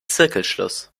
zirkelschluss